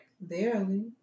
Barely